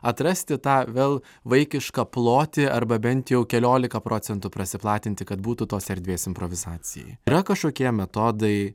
atrasti tą vėl vaikišką plotį arba bent jau keliolika procentų prasiplatinti kad būtų tos erdvės improvizacijai yra kažkokie metodai